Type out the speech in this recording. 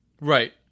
Right